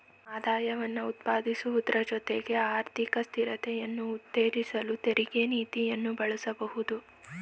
ಆದಾಯವನ್ನ ಉತ್ಪಾದಿಸುವುದ್ರ ಜೊತೆಗೆ ಆರ್ಥಿಕ ಸ್ಥಿರತೆಯನ್ನ ಉತ್ತೇಜಿಸಲು ತೆರಿಗೆ ನೀತಿಯನ್ನ ಬಳಸಬಹುದು